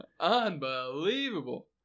Unbelievable